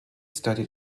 studied